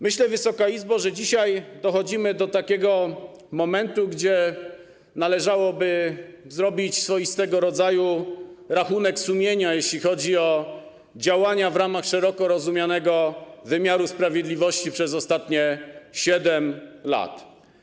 Myślę, Wysoka Izbo, że dzisiaj dochodzimy do takiego momentu, gdzie należałoby zrobić swoistego rodzaju rachunek sumienia, jeśli chodzi o działania podejmowane w ramach szeroko rozumianego wymiaru sprawiedliwości przez ostatnich 7 lat.